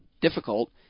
difficult